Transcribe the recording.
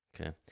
Okay